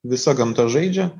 visa gamta žaidžia